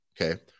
okay